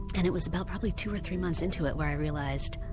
and it was about probably two or three months into it where i realised,